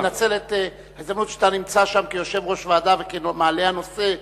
לנצל את ההזדמנות שאתה נמצא שם כיושב-ראש ועדה וכמעלה הנושא,